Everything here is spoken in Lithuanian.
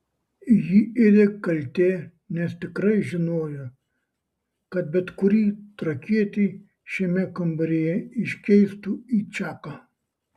jį ėdė kaltė nes tikrai žinojo kad bet kurį trakietį šiame kambaryje iškeistų į čaką